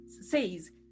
says